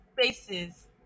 spaces